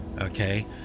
okay